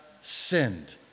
sinned